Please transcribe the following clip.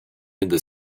into